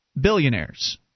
billionaires